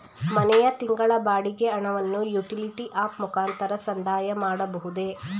ಮನೆಯ ತಿಂಗಳ ಬಾಡಿಗೆ ಹಣವನ್ನು ಯುಟಿಲಿಟಿ ಆಪ್ ಮುಖಾಂತರ ಸಂದಾಯ ಮಾಡಬಹುದೇ?